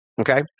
Okay